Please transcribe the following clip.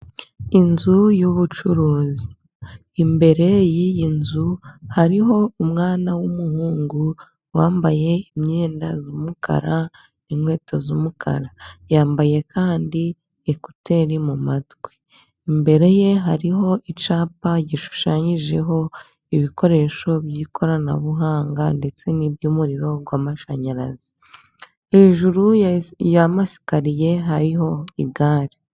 Inzu y'ubucuruzi, imbere y'iyi nzu hariho umwana w'umuhungu wambaye imyenda y'umukara n'inkweto z'umukara, yambaye kandi ekuteri mu matwi, imbere ye hariho icyapa gishushanyijeho ibikoresho by'ikoranabuhanga ndetse n'iby'umuriro w'amashanyarazi. Hejuru y'amaskariye hariho igare.